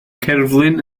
cerflun